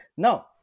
Now